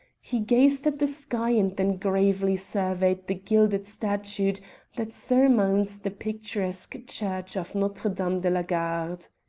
he gazed at the sky and then gravely surveyed the gilded statue that surmounts the picturesque church of notre dame de la garde.